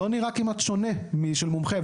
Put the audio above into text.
אבל לא נראה כמעט שונה משל מומחה.